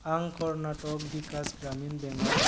आं कर्नाटक विकास ग्रामिन बेंक आव